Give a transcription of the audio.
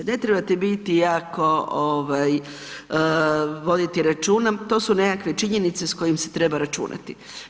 Ne trebate jako voditi računa, to su nekakve činjenice s kojim se treba računati.